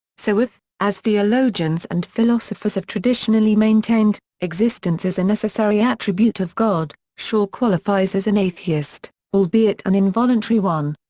so if, as theologians and philosophers have traditionally maintained, existence is a necessary attribute of god, shaw qualifies as an atheist, albeit an involuntary one.